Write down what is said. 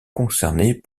concernés